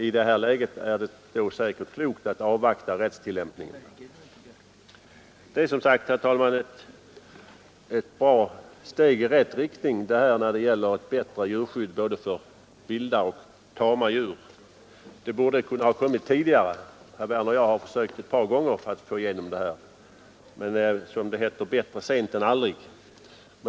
I det här läget är det säkert klokt att avvakta rättstillämpningen. Som sagt, herr talman, är förslaget ett steg i rätt riktning när det gäller ett bättre skydd för både vilda och tama djur. Det kunde ha kommit tidigare — herr Werner i Malmö och jag har försökt ett par gånger att få igenom den här ändringen — men, som det heter, bättre sent än aldrig.